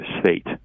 state